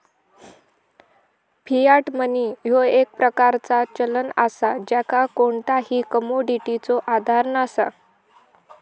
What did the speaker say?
Fiat money ह्यो एक प्रकारचा चलन असा ज्याका कोणताही कमोडिटीचो आधार नसा